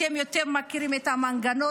אתם יותר מכירים את המנגנון,